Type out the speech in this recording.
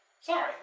Sorry